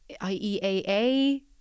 IEAA